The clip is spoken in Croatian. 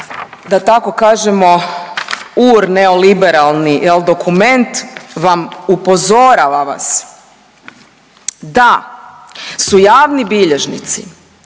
da tako kažemo urneoliberalni jel dokument vam upozorava vas da su javni bilježnici